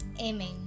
Amen